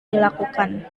dilakukan